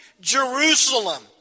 Jerusalem